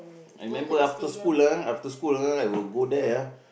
I remember after school ah after school ah I will go there ah